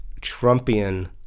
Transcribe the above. Trumpian